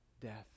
Death